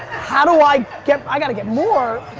how do i get, i gotta get more.